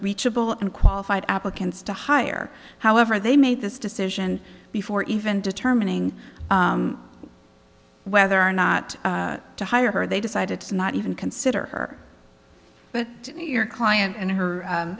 reachable and qualified applicants to hire however they made this decision before even determining whether or not to hire her they decide it's not even consider her but your client and her